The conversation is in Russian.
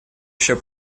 еще